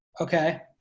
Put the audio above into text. okay